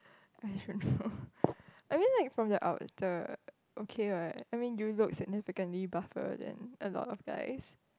I don't know I mean like from the outer okay what I mean you look significantly buffer than a lot of guys